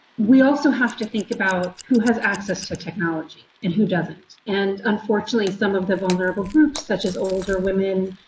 we also have to think about who has access to technology and who doesn't. and unfortunately some of the vulnerable groups, such as older women,